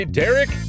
derek